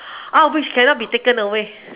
oh which cannot be taken away